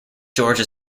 georgia